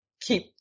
keep